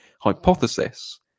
hypothesis